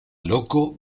loco